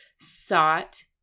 sought